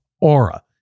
Aura